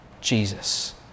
Jesus